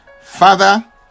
Father